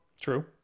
True